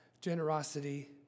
generosity